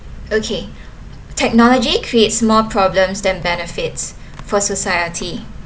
okay technology creates more problems than benefits for society